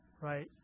right